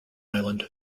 island